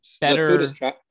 better